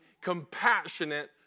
compassionate